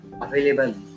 available